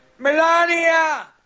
Melania